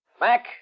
Mac